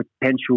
potential